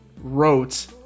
wrote